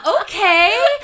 Okay